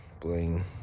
Bling